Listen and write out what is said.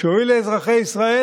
איך נקבל ליטוף תקשורתי,